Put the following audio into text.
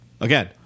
again